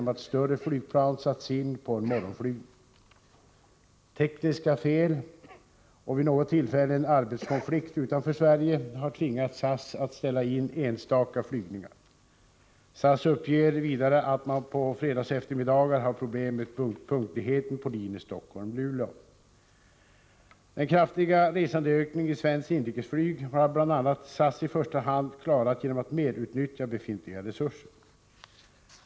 Tekniska fel, och vid något tillfälle en arbetskonflikt utanför Sverige, har tvingat SAS att ställa in enstaka flygningar. SAS uppger vidare att man på fredagseftermiddagar har problem med punktligheten på linjen Stockholm Luleå. Den kraftiga resandeökningen i svenskt inrikesflyg har bl.a. SAS i första hand klarat genom att merutnyttja befintliga resurser.